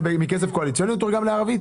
הם תורגמו לערבית